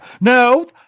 no